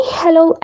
hello